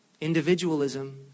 Individualism